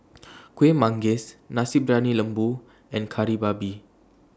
Kueh Manggis Nasi Briyani Lembu and Kari Babi